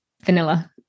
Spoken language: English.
vanilla